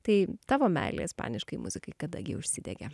tai tavo meilė ispaniškai muzikai kada gi užsidegė